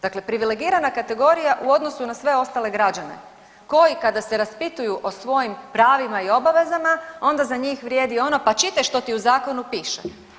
Dakle, privilegirana kategorija u odnosu na sve ostale građane koji kada se raspituju o svojim pravima i obavezama onda za njih vrijedi ono pa čitaj što ti u zakonu piše.